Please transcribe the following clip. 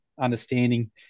understanding